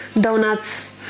donuts